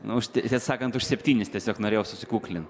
nors tiesą sakant už septynis tiesiog norėjau susikuklint